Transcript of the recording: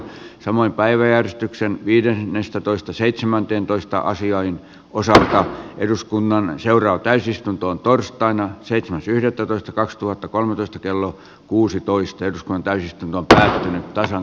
samoin päiväjärjestykseen viidennestätoista seitsemänteentoista asioihin osaa eduskunnan seuraa täysistuntoon torstaina seitsemäs yhdettätoista kaksituhattakolmetoista kello kuusitoista ja kuntayhtymiltä nyt sisällöstä